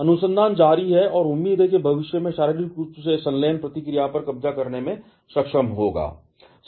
अनुसंधान जारी है और उम्मीद है कि भविष्य में शारीरिक रूप से संलयन प्रतिक्रिया पर कब्जा करने में सक्षम होगा